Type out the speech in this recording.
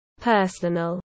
personal